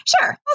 sure